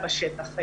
בצרפת,